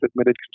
admitted